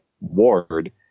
Ward